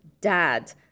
dad